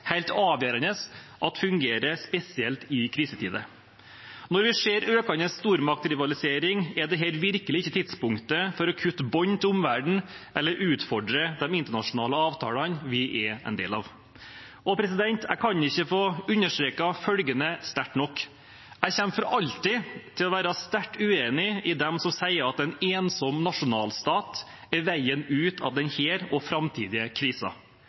avgjørende at dette fungerer, spesielt i krisetider. Når vi ser økende stormaktsrivalisering, er dette virkelig ikke tidspunktet for å kutte bånd til omverdenen eller utfordre de internasjonale avtalene vi er en del av. Jeg kan ikke få understreket følgende sterkt nok: Jeg kommer for alltid til å være sterkt uenig med dem som sier at en ensom nasjonalstat er veien ut av denne og framtidige